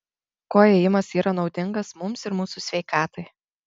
kuo ėjimas yra naudingas mums ir mūsų sveikatai